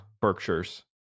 Berkshire's